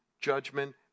judgment